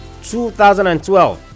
2012